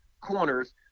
corners